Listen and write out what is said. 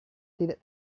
tidak